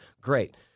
Great